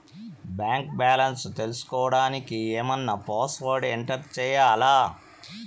Bank balance తెలుసుకోవడానికి ఏమన్నా password enter చేయాలా?